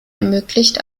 ermöglicht